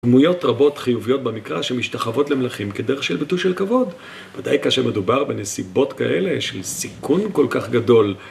דמויות רבות חיוביות במקרא שמשתחוות למלאכים כדרך של ביטוי של כבוד ודאי כאשר מדובר בנסיבות כאלה של סיכון כל כך גדול